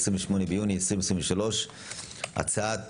28 ביוני 2023. הנושא: הצעת